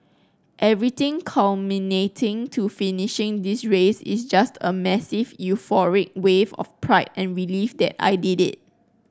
everything culminating to finishing this race is just a massive euphoric wave of pride and relief that I did it